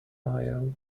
ohio